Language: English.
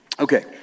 Okay